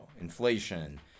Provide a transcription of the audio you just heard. inflation